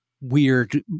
weird